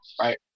right